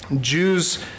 Jews